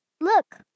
Look